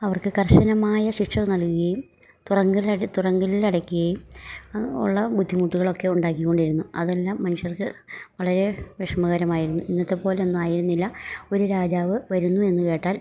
അവർക്ക് കർശനമായ ശിക്ഷ നൽകുകയും തുറങ്കലട തുറങ്കലിലടയ്ക്കുകയും ഉള്ള ബുദ്ധിമുട്ടുകളൊക്കെ ഉണ്ടാക്കിക്കൊണ്ടിരുന്നു അതെല്ലാം മനുഷ്യർക്ക് വളരെ വിഷമകരമായിരുന്നു ഇന്നത്തെ പോലൊന്നും ആയിരുന്നില്ല ഒര് രാജാവ് വരുന്നു എന്ന് കേട്ടാൽ